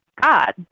God